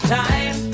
time